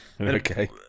Okay